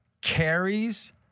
carries